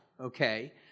Okay